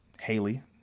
Haley